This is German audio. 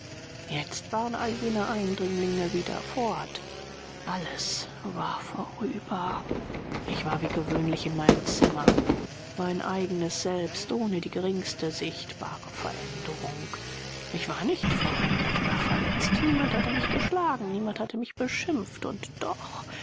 jetzt waren all jene eindringlinge wieder fort alles war vorüber ich war wie gewöhnlich in meinem zimmer mein eigenes selbst ohne die geringste sichtbare veränderung ich war nicht verwundet oder verletzt niemand hatte mich geschlagen niemand hatte mich beschimpft und doch